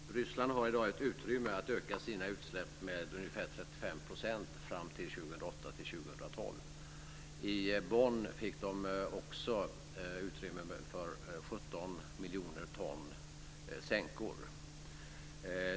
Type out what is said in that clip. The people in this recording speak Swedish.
Fru talman! Ryssland har i dag ett utrymme för att öka sina utsläpp med ungefär 35 % fram till 2008 2012. I Bonn fick de också utrymme för 17 miljoner ton sänkor.